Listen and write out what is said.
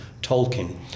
Tolkien